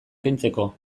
kentzeko